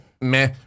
meh